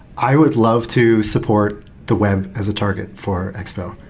i would love to support the web as a target for expo.